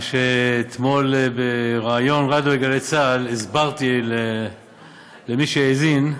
שאתמול בריאיון רדיו לגלי צה"ל הסברתי למי שהאזין,